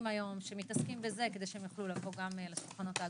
היום ושמתעסקים בזה כדי שהם יוכלו לבוא גם לשולחנות העגולים.